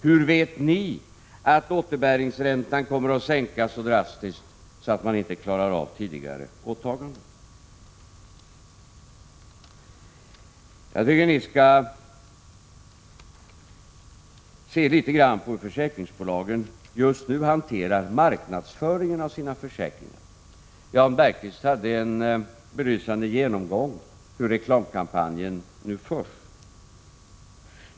Hur vet ni att återbäringsräntan kommer att sänkas så drastiskt att man inte klarar av tidigare åtaganden? Jag tycker att ni litet grand skall se på hur försäkringsbolagen just nu hanterar marknadsföringen av sina försäkringar. Jan Bergqvist hade en belysande genomgång av hur reklamkampanjen nu förs.